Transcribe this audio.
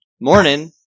morning